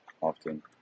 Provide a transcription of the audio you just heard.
often